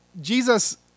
Jesus